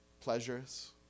Pleasures